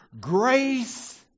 Grace